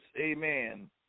amen